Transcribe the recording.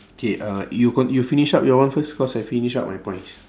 K uh you con~ you finish up your one first cause I finish up my points